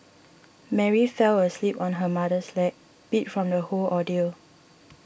Mary fell asleep on her mother's lap beat from the whole ordeal